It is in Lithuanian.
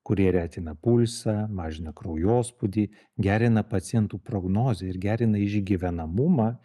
kurie retina pulsą mažina kraujospūdį gerina pacientų prognozę ir gerina išgyvenamumą